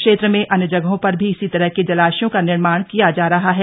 क्षेत्र में अन्य जगहों पर भी इसी तरह के जलाशयों का निर्माण किया जा रहा है